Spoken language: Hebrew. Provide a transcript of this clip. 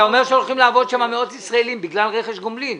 אתה אומר שהולכים לעבוד שם מאות ישראלים בגלל רכש הגומלין?